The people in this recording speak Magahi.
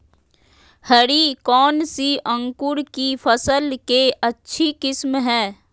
हरी कौन सी अंकुर की फसल के अच्छी किस्म है?